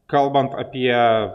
kalbant apie